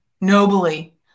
Nobly